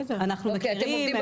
אנחנו מכירים,